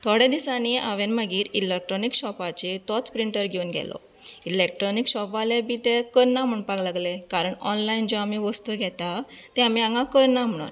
थोडे दिसांनी हांवेन मागीर इलेक्ट्रॉनीक शॉपाचेर तोच प्रिंन्टर घेवन गेलो इलेक्ट्रॉनीक शॉपवाले ते करना म्हणपाक लागलें कारण ऑनलायन जे वस्तूं आमी घेता त्यो आमी हांगा करना म्हणोन